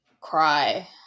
cry